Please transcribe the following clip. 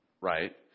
Right